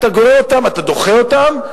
אתה גורר אותן, אתה דוחה אותן.